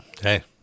hey